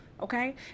Okay